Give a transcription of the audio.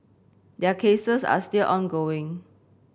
their cases are still ongoing